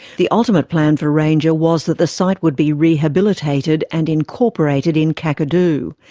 the ultimate plan for ranger was that the site would be rehabilitated and incorporated in kakadu,